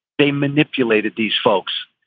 they manipulated these folks.